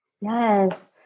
yes